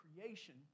creation